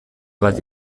bat